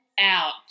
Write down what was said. out